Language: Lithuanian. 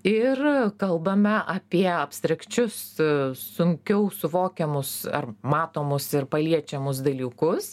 ir kalbame apie abstrakčius sunkiau suvokiamus ar matomus ir paliečiamus dalykus